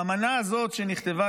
האמנה הזאת שנכתבה,